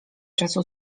czasu